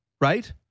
right